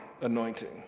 anointing